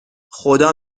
خدا